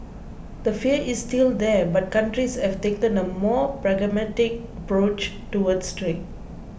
the fear is still there but countries have taken a more pragmatic approach towards trade